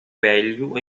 velho